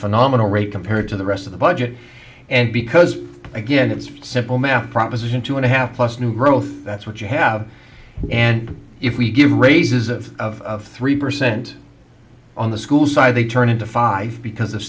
phenomenal rate compared to the rest of the budget and because again it's simple math proposition two and a half plus new growth that's what you have and if we give raises of of three percent on the school's side they turn into five because